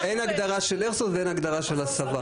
אין הגדרה של איירסופט ואין הגדרה של הסבה.